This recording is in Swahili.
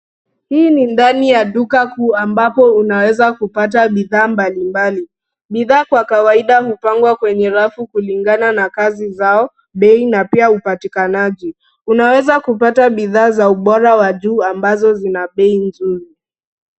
Hili ni ndani ya duka kuu ambapo unaweza kupata bidhaa mabalimbali. Bidhaa kwa kawaida hupangwa kwenye rafu kulingana na kazi zao, bei na pia upatakanaji. Unaweza kupata bidhaa ubora wa juu ambazo zina bei nzuri.